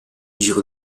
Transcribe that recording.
giro